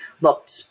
looked